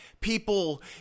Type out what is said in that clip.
people